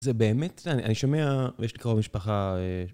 זה באמת, אני שומע ויש לי קרוב משפחה...